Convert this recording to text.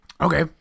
Okay